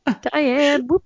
Diane